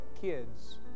kids